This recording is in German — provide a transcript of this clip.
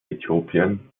äthiopien